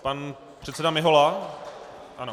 Pan předseda Mihola, ano.